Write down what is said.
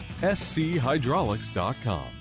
schydraulics.com